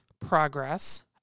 progress